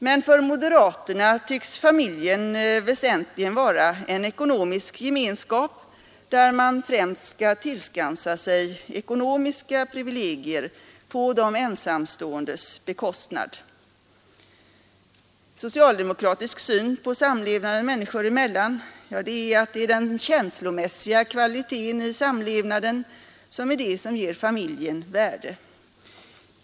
Men för moderaterna tycks familjen väsentligen vara en ekonomisk gemenskap, där man främst skall tillskansa sig ekonomiska privilegier på de ensamståendes bekostnad. Socialdemokratisk syn på samlevnaden människor emellan är att det är den känslomässiga kvaliteten i samlevnaden som ger familjen värde.